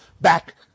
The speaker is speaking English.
back